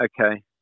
okay